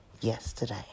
yesterday